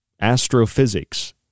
astrophysics